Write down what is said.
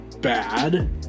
bad